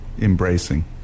embracing